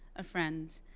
a friend.